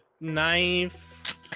knife